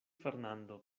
fernando